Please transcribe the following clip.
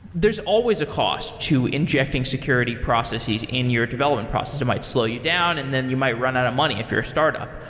there's always a cost to injecting security processes in your development process. it might slow you down and then you might run out of money, if you're a startup.